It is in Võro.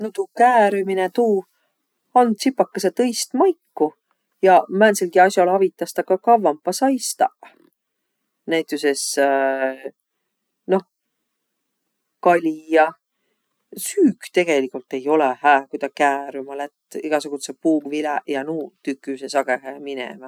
Nu tuu käärümine, tuu and tsipakõsõ tõist maiku jaq määntselgi as'al avitas ta ka kavvampa saistaq. Näütüses noh kali ja. Süük tegeligult ei olõq hää, ku tä käärümä lätt. Egäsugudsõq puuviläq ja nuuq tüküseq sagõhõhe minemä.